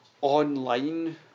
online